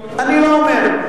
אני לא אומר.